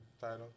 title